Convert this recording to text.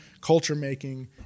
culture-making